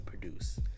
produce